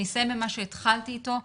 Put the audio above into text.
אני אסיים במה שהתחלתי איתו.